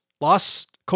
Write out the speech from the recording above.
lost